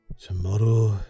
Tomorrow